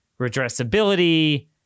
redressability